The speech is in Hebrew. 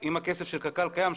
שאם הכסף של קק"ל קיים,